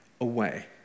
away